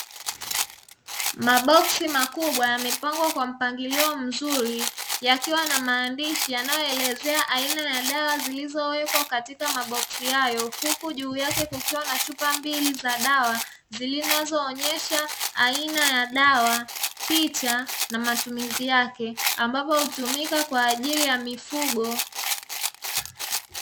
Maboksi makubwa yamepangwa kwa mpangilio mzuri, yakiwa na maandishi yanayoelezea aina ya dawa zilizowekwa katika maboksi hayo, huku juu yake kukiwa na chupa mbili za dawa zinazoonyesha aina ya dawa, picha na matumizi yake ambapo hutumika kwa ajili ya mifugo.